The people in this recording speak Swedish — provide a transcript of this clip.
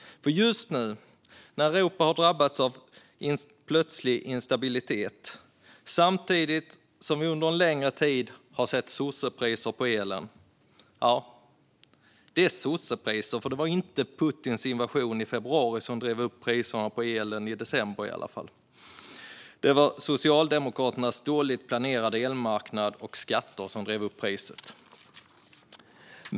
Just nu har ju Europa drabbats av plötslig instabilitet. Samtidigt har vi under en längre tid sett sossepriser på elen. Ja, det är sossepriser, för det var inte Putins invasion i februari som drev upp priserna på elen i december i alla fall. Det var Socialdemokraternas dåligt planerade elmarknad och skatter som drev upp priset.